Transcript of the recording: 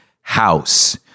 house